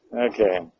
okay